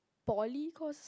poly course